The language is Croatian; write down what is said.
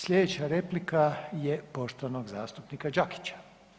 Sljedeća replika je poštovanog zastupnika Đakića.